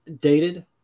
dated